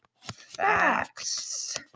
facts